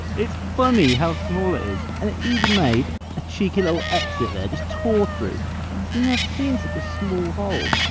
it's funny how small it is, and it even made a cheeky little exit there, just tore through, i've never seen such a small hole!